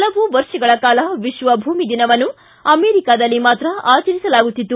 ಪಲವು ವರ್ಷಗಳ ಕಾಲ ವಿಶ್ವ ಭೂಮಿ ದಿನವನ್ನು ಅಮೆರಿಕಾದಲ್ಲಿ ಮಾತ್ರ ಆಚರಿಸಲಾಗುತ್ತಿತ್ತು